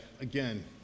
again